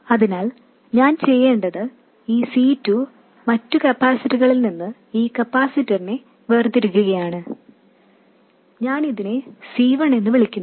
അതിനാൽ ഞാൻ ചെയ്യേണ്ടത് ഈ C2 മറ്റ് കപ്പാസിറ്ററുകളിൽ നിന്ന് ഈ കപ്പാസിറ്ററിനെ വേർതിരിക്കുകയാണ് ഞാൻ ഇതിനെ C1 എന്ന് വിളിക്കുന്നു